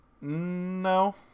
No